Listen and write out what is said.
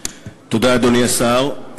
תודה, אדוני השר.